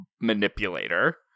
manipulator